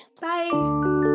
Bye